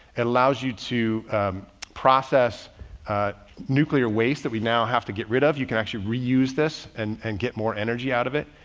it allows you to process nuclear waste that we now have to get rid of. you can actually reuse this and and get more energy out of it.